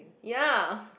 ya